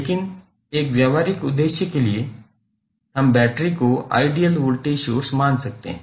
लेकिन एक व्यावहारिक उद्देश्य के लिए हम बैटरी को आइडियल वोल्टेज सोर्स मान सकते हैं